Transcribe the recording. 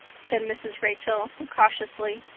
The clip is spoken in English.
said mrs. rachel cautiously.